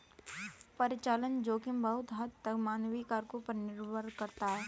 परिचालन जोखिम बहुत हद तक मानवीय कारकों पर निर्भर करता है